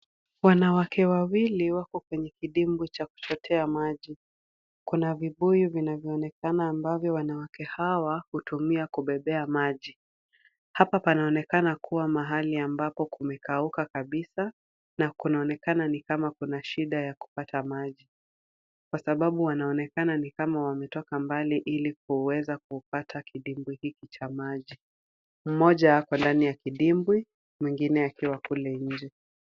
Wanawake wawili wako kwenye kidimbwi cha kuchotea maji. Kuna vibuyu vinavyoonekana ambavyo wanawake hawa hutumia kubebea maji. Hapa panaonekana kuwa mahali ambako kumekauka kabisa na kunaonekana ni kama kuna shida ya kupata maji kwa sababu wanaonekana ni kama wametoka mbali ili kuweza kupata kidimbwi hiki cha maji. Mmoja ako ndani ya kidimbwi mwingine akiwa kule nje.